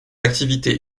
activité